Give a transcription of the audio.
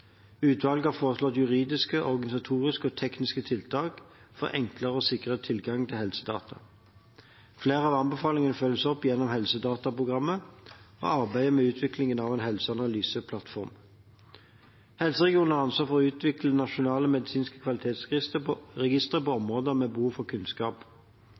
Utvalget har foreslått juridiske, organisatoriske og tekniske tiltak for enklere og sikrere tilgang til helsedata. Flere av anbefalingene følges opp gjennom Helsedataprogrammet og arbeidet med utviklingen av en helseanalyseplattform. Helseregionene har ansvar for å utvikle nasjonale medisinske kvalitetsregistre på områder med behov for kunnskap.